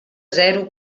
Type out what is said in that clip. zero